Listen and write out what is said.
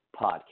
podcast